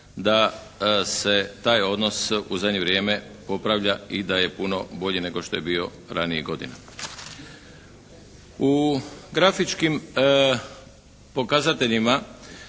da se taj odnos u zadnje vrijeme popravlja i da je puno bolji nego što je bio ranijih godina. U grafičkim pokazateljima